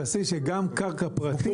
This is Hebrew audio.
תעשה שגם קרקע פרטית תהיה.